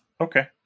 Okay